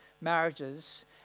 marriages